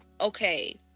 okay